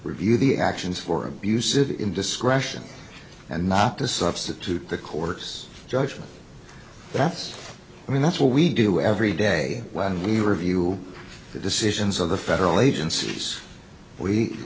review the actions for abusive indiscretion and not to substitute the court's judgment that's i mean that's what we do every day when we review the decisions of the federal agencies we